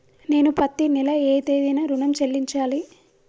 నేను పత్తి నెల ఏ తేదీనా ఋణం చెల్లించాలి?